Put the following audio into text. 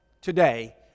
today